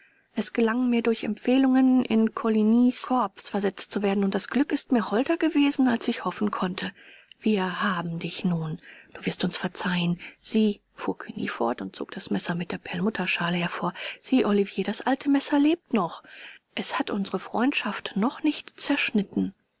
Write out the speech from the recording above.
es gelang mir durch empfehlungen in colignys korps versetzt zu werden und das glück ist mir holder gewesen als ich hoffen konnte wir haben dich nun du wirst uns verzeihen sieh fuhr cugny fort und zog das messer mit der perlmutterschale hervor sieh olivier das alte messer lebt noch es hat unsere freundschaft noch nicht zerschnitten